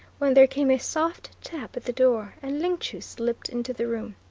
when there came a soft tap at the door and ling chu slipped into the room.